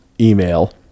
email